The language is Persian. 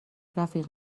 رفیق